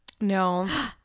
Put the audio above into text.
no